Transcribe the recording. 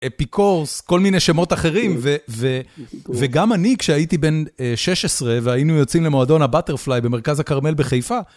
אפיקורס, כל מיני שמות אחרים, וגם אני, כשהייתי בן 16 והיינו יוצאים למועדון הבטרפליי במרכז הכרמל בחיפה,